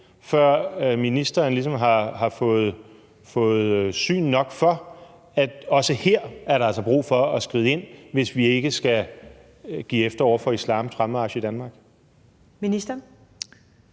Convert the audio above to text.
før ministeren ligesom har fået syn for sagn nok til, at også her er der altså brug for at skride ind, hvis vi ikke skal give efter for islams fremmarch i Danmark?